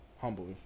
Humble